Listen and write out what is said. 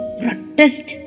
protest